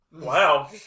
Wow